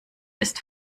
ist